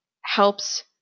helps